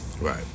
Right